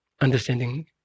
understanding